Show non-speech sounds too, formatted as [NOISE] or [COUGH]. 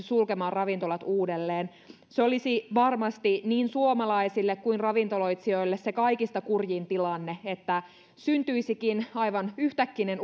[UNINTELLIGIBLE] sulkemaan ravintolat uudelleen se olisi varmasti niin suomalaisille kuin ravintoloitsijoille se kaikista kurjin tilanne että syntyisikin aivan yhtäkkinen [UNINTELLIGIBLE]